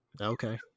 Okay